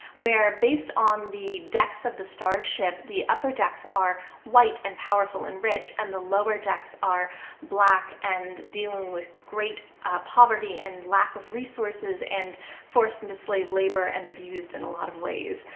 where based on the decks of the starship, the upper decks are white and powerful and rich, and the lower decks are black and dealing with great poverty and lack of resources and forced into slave labor and abused in a lot of ways.